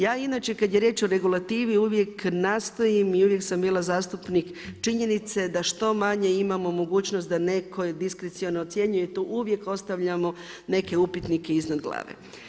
Ja inače kada je riječ o regulativi uvijek nastojim i uvijek sam bila zastupnik činjenice da što manje imamo mogućnost da neko diskreciono ocjenjuje i to uvijek ostavljamo neke upitnike iznad glave.